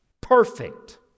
perfect